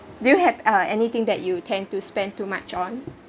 do you have uh anything that you tend to spend too much on